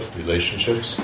relationships